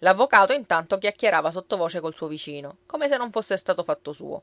l'avvocato intanto chiacchierava sottovoce col suo vicino come se non fosse stato fatto suo